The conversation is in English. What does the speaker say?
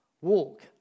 walk